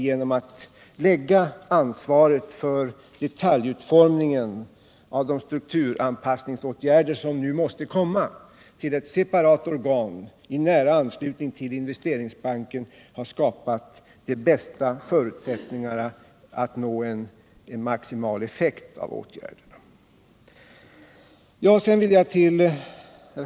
Genom att lägga ansvaret för detaljutformningen av de strukturanpassningsåtgärder, som nu måste komma, till ett separat organ i nära anslutning till Investeringsbanken tror vi att de bästa förutsättningar skapats att nå en maximal effekt av åtgärderna.